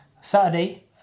Saturday